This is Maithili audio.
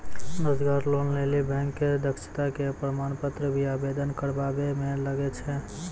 रोजगार लोन लेली बैंक मे दक्षता के प्रमाण पत्र भी आवेदन करबाबै मे लागै छै?